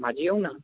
बाजिऔ ने